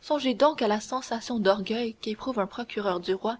songez donc à la sensation d'orgueil qu'éprouve un procureur du roi